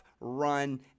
run